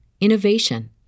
innovation